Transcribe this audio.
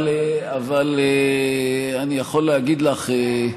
אבל אני יכול להגיד לך,